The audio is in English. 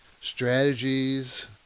strategies